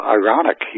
ironic